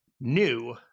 new